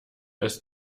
ist